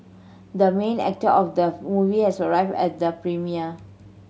the main actor of the movie has arrived at the premiere